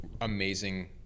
amazing